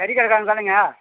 கறி கடைக்காரர் தானேங்க